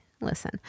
listen